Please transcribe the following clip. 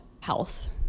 health